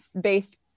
based